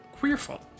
Queerful